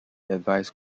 advised